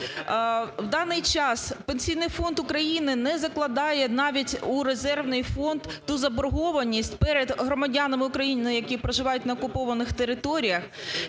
В даний час Пенсійний фонд України не закладає навіть у резервний фонд ту заборгованість перед громадянами України, які проживають на окупованих територіях,